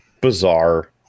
bizarre